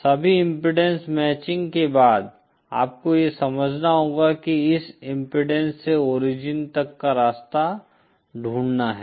सभी impedance matching के बाद आपको यह समझना होगा कि इस इम्पीडेन्स से ओरिजिन तक का रास्ता ढूंढना है